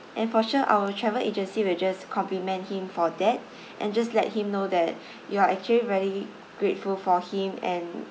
and for sure our travel agency will just compliment him for that and just let him know that you are actually very grateful for him and